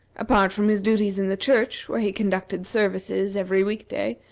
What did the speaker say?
apart from his duties in the church, where he conducted services every week-day,